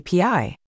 API